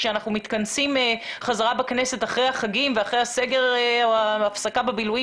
עת נתכנס בכנסת אחרי החגים ואחרי הסגר או ההפסקה בבילויים